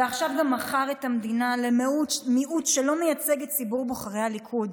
ועכשיו גם מכר את המדינה למיעוט שלא מייצג את ציבור בוחרי הליכוד.